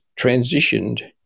transitioned